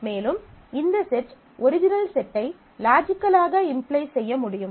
மேலும் இந்த set original செட்டை லாஜிக்கலாக இம்ப்ளை செய்ய முடியும்